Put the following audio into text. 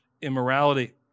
immorality